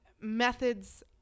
methods